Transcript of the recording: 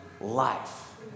life